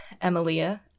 Emilia